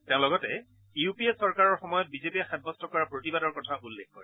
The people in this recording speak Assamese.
তেওঁ লগতে ইউ পি এ চৰকাৰৰ সময়ত বিজেপিয়ে সাব্যস্ত কৰা প্ৰতিবাদৰ কথা উল্লেখ কৰে